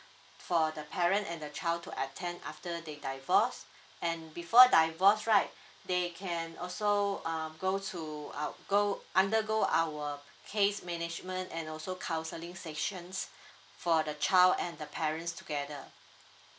for the parent and the child to attend after they divorced and before divorce right they can also um go to our go~ undergo our case management and also counselling sessions for the child and the parents together